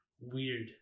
Weird